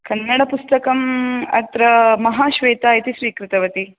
कन्नडपुस्तकम् अत्र महाश्वेता इति स्वीकृतवती